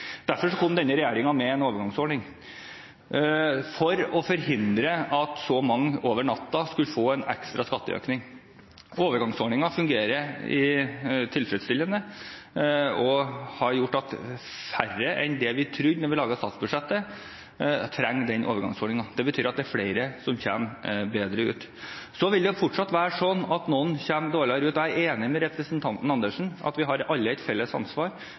Derfor kom denne regjeringen med en overgangsordning, for å forhindre at så mange over natten skulle få en ekstra skatteøkning. Overgangsordningen fungerer tilfredsstillende og har gjort at færre enn det vi trodde da vi laget statsbudsjettet, trenger den overgangsordningen. Det betyr at det er flere som kommer bedre ut. Så vil det fortsatt være slik at noen kommer dårligere ut. Jeg er enig med representanten Andersen i at vi alle har et felles ansvar